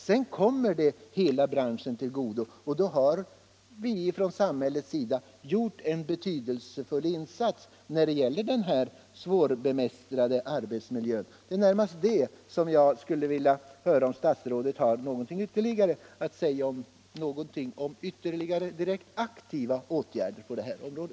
Sedan kommer det hela branschen till godo, och då har vi från samhällets sida gjort en betydelsefull insats när det gäller denna svårbemästrade arbetsmiljö. Jag skulle därför vilja höra om statsrådet har något att säga om ytterligare aktiva åtgärder på detta område.